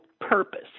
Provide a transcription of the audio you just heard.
purpose